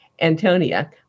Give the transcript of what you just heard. Antonia